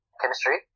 chemistry